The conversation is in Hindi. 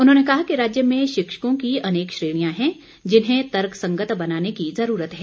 उन्होंने कहा कि राज्य में शिक्षकों की अनेक श्रेणियां हैं जिन्हें तर्कसंगत बनाने की ज़रूरत है